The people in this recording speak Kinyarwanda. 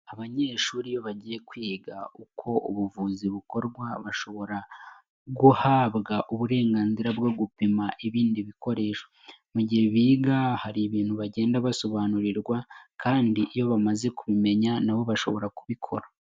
Abanyeshuri iyo bagiye kwiga uko ubuvuzi bukorwa, bashobora guhabwa uburenganzira bwo gupima ibindi bikoresho. Mu gihe biga hari ibintu bagenda basobanurirwa kandi iyo bamaze kubimenya nabo bashobora kubikora.